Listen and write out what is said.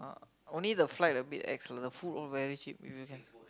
only the flight a bit ex lah food all very cheap if you have